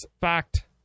fact